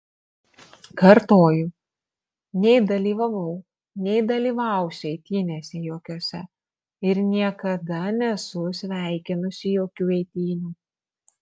kartoju nei dalyvavau nei dalyvausiu eitynėse jokiose ir niekada nesu sveikinusi jokių eitynių